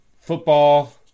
football